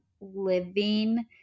living